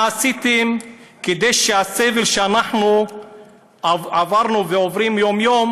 מה עשיתם כדי שאת הסבל שאנחנו עברנו ועוברים יום-יום